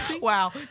wow